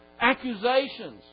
accusations